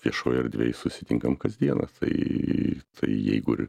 viešoj erdvėj susitinkam kasdieną tai tai jeigu ir